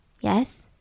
Yes